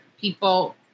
people